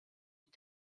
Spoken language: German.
die